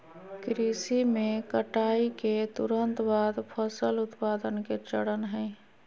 कृषि में कटाई के तुरंत बाद फसल उत्पादन के चरण हइ